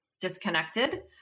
disconnected